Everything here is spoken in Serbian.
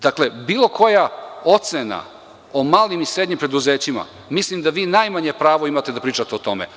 Dakle, bilo koja ocena o malim i srednjim preduzećima mislim da vi najmanje pravo imate da pričate o tome.